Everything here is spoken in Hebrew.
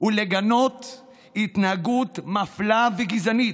ולגנות התנהגות מפלה וגזענית,